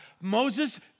Moses